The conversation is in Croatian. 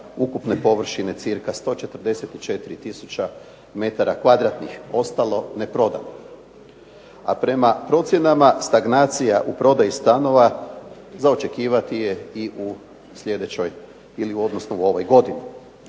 ukupne površine cca 144 tisuće metara kvadratnih ostalo neprodano. A prema procjenama stagnacija u prodaji stanova, za očekivati je i u sljedećoj, odnosno u ovoj godini.